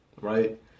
Right